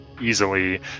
easily